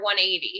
180